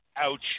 Ouch